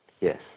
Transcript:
Yes